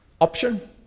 option